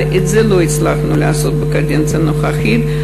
את זה לא הצלחנו לעשות בקדנציה הנוכחית,